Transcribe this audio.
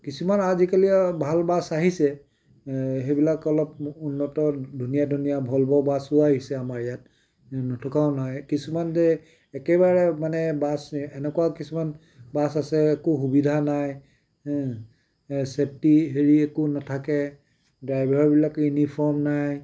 কিছুমান আজিকালি আৰু ভাল বাছ আহিছে সেইবিলাক অলপ উন্নত ধুনীয়া ধুনীয়া ভলভ' বাছো আহিছে আমাৰ ইয়াত নথকাও নহয় কিছুমান যে একেবাৰে মানে বাছ এনেকুৱা কিছুমান বাছ আছে একো সুবিধা নাই এই চেফটি হেৰি একো নেথাকে ড্ৰাইভাৰবিলাক ইউনিফৰ্ম নাই